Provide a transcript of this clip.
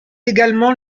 également